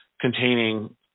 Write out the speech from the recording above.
containing